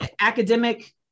academic